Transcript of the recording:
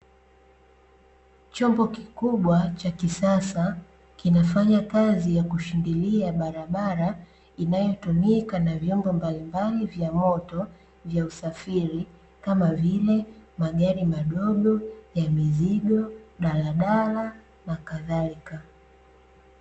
Chombo kikubwa cha kisasa kinafanya kazi ya kushindilia barabara inayotumika na vyombo mbalimbali vya moto vya usafiri kama vile magari madogo ya mizigo, daladala nakadhalika.